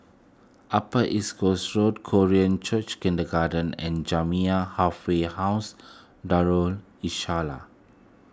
Upper East Coast Road Korean Church Kindergarten and Jamiyah Halfway House Darul Islah